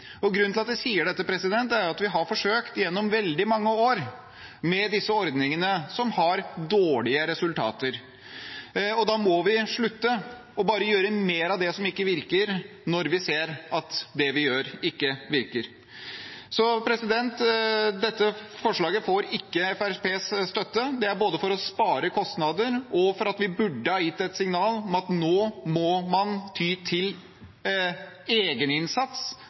Grunnen til at jeg sier dette, er at vi gjennom veldig mange år har forsøkt med disse ordningene som har dårlige resultater. Vi må slutte bare å gjøre mer av det som ikke virker, når vi ser at det vi gjør, ikke virker. Dette forslaget får ikke Fremskrittspartiets støtte. Det er både for å spare kostnader og fordi vi burde ha gitt et signal om at nå må man ty til